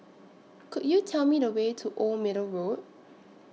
Could YOU Tell Me The Way to Old Middle Road